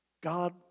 God